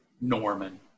Norman